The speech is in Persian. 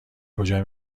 کجا